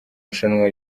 rushanwa